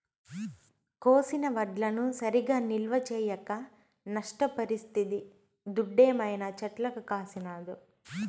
కోసిన వడ్లను సరిగా నిల్వ చేయక నష్టపరిస్తిది దుడ్డేమైనా చెట్లకు కాసినాదో